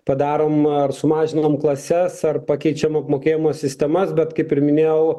padarom ar sumažinam klases ar pakeičiam apmokėjimo sistemas bet kaip ir minėjau